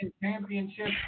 Championship